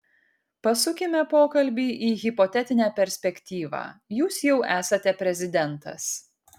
pasukime pokalbį į hipotetinę perspektyvą jūs jau esate prezidentas